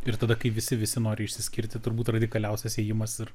ir tada kai visi visi nori išsiskirti turbūt radikaliausias ėjimas ir